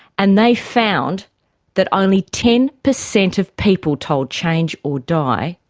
and they found that only ten percent of people told change or die,